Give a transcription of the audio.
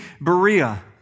Berea